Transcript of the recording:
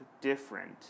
different